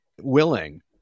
willing